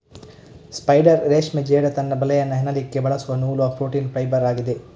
spider ರೇಷ್ಮೆ ಜೇಡ ತನ್ನ ಬಲೆಯನ್ನ ಹೆಣಿಲಿಕ್ಕೆ ಬಳಸುವ ನೂಲುವ ಪ್ರೋಟೀನ್ ಫೈಬರ್ ಆಗಿದೆ